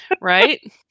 Right